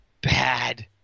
Bad